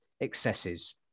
excesses